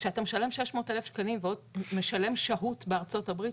כשאתה משלם 600,000 שקלים ועוד משלם שהות בארצות הברית,